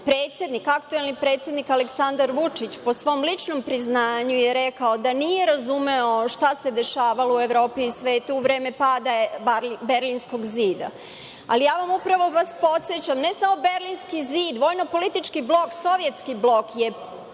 na koji aktuelni predsednik Aleksandar Vučić, po svom ličnom priznanju je rekao da nije razumeo šta se dešavalo u Evropi i svetu u vreme pada Berlinskog zida, ali ja vas uporno podsećam, ne samo Berlinski zid, vojno-politički zid, sovjetski blok je